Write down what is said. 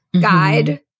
guide